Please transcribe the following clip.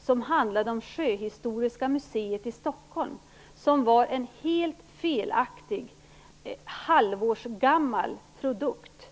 som handlade om Sjöhistoriska museet i Stockholm, som var en helt felaktig, halvårsgammal produkt.